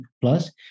Plus